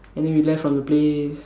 and then we left from the place